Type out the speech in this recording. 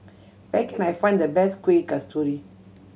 where can I find the best Kuih Kasturi